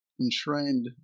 enshrined